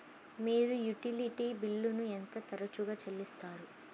మీరు యుటిలిటీ బిల్లులను ఎంత తరచుగా చెల్లిస్తారు?